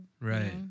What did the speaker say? Right